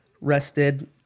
rested